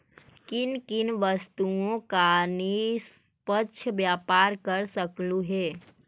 किन किन वस्तुओं का निष्पक्ष व्यापार कर सकलू हे